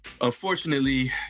Unfortunately